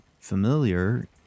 familiar